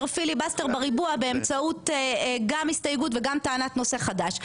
פיליבסטר בריבוע באמצעות גם הסתייגות וגם טענת נושא חדש.